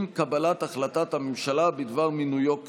עם קבלת החלטת הממשלה בדבר מינויו לשגריר.